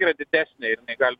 yra didesnė gal